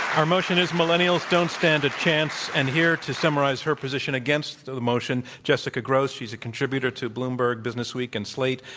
our motion is millennials don't stand a chance. and here to summarize her position against the motion, jessica grose. she's a contributor to bloomberg business week and slate,